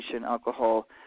alcohol